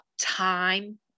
time